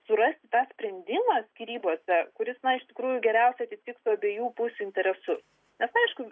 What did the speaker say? surasti tą sprendimą skyrybose kuris na iš tikrųjų geriausiai atitiktų abiejų pusių interesus nes aišku